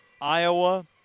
Iowa